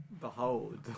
behold